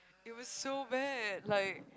it was so bad like